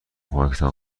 کمکتان